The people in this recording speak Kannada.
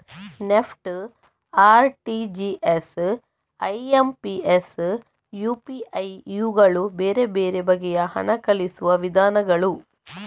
ನೆಫ್ಟ್, ಆರ್.ಟಿ.ಜಿ.ಎಸ್, ಐ.ಎಂ.ಪಿ.ಎಸ್, ಯು.ಪಿ.ಐ ಇವುಗಳು ಬೇರೆ ಬೇರೆ ಬಗೆಯ ಹಣ ಕಳುಹಿಸುವ ವಿಧಾನಗಳು